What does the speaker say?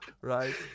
Right